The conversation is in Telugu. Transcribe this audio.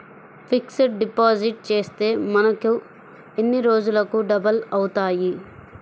ఫిక్సడ్ డిపాజిట్ చేస్తే మనకు ఎన్ని రోజులకు డబల్ అవుతాయి?